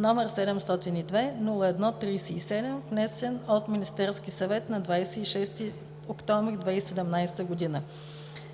№ 702-01-27, внесен от Министерския съвет на 9 октомври 2017 г.